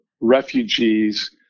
refugees